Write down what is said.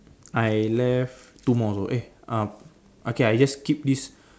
I left two more also eh um okay I just keep this